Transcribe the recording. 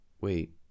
Wait